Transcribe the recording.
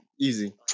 easy